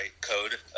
code